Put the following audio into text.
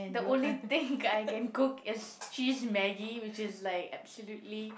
the only thing I can cook is cheese Maggi which is like absolutely